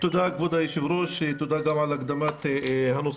תודה כבוד היושב-ראש, תודה גם על הקדמת הנושא.